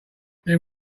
then